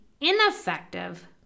ineffective